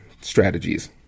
strategies